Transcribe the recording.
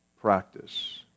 practice